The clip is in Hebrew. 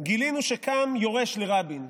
גילינו שקם יורש לרבין,